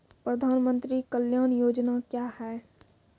प्रधानमंत्री कल्याण योजना क्या हैं?